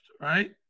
right